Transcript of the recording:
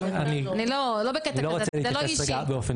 אני לא רוצה להתייחס רגע באופן